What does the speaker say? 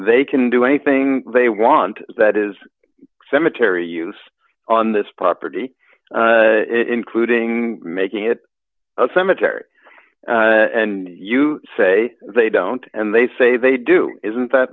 they can do anything they want that is cemetery use on this property including making it a cemetery and you say they don't and they say they do isn't that